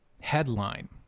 headline